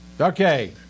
Okay